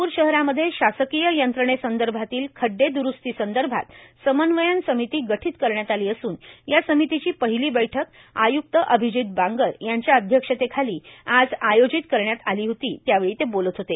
नागपूर शहरांमध्ये शासकीय यंत्रणेसंदर्भातील खड्डे द्रूस्ती संदर्भात समन्वयन समिती गठीत करण्यात आली असून या समितीची पहिली बैठक आय्क्त अभिजीत बांगर यांच्या अध्यक्षतेखाली आज आयोजित करण्यात आली त्यावेळी ते बोलत होते